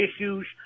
issues